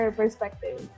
perspective